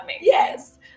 Yes